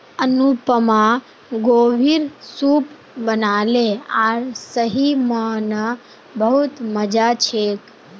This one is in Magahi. अनुपमा गोभीर सूप बनाले आर सही म न बहुत मजा छेक